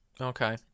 okay